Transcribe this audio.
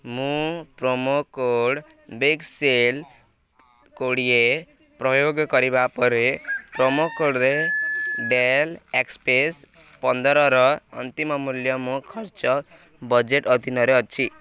ମୁଁ promo code big sale କୋଡ଼ିଏ ପ୍ରୟୋଗ କରିବା ପରେ ପ୍ରୋମୋ କୋଡ଼୍ରେ ଡେଲ୍ ଏକ୍ସ ପି ଏସ୍ ପନ୍ଦରର ଅନ୍ତିମ ମୂଲ୍ୟ ମୋ ଖର୍ଚ୍ଚ ବଜେଟ୍ ଅଧୀନରେ ଅଛି